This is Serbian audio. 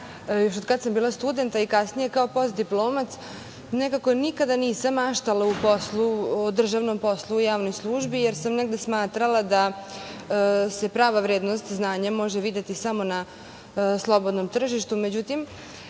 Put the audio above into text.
još od kad sam bila student, a i kasnije kao postdiplomac. Nekako nikada nisam maštala o državnom poslu u javnoj službi, jer sam negde smatrala da se prava vrednost znanja može videti samo na slobodnom tržištu,